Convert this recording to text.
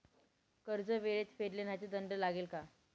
कर्ज वेळेत फेडले नाही तर दंड लागेल का?